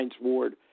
Ward